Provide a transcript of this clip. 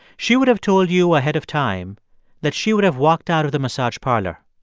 she would have told you ahead of time that she would have walked out of the massage parlor.